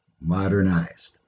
modernized